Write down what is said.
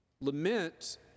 lament